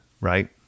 right